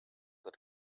that